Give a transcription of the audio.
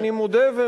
אני מודה,